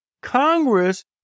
Congress